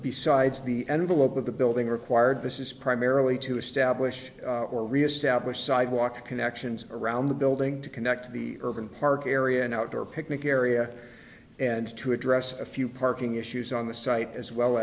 besides the envelope of the building required this is primarily to establish or reestablish sidewalk connections around the building to connect to the urban park area and outdoor picnic area and to address a few parking issues on the site as well